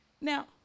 Now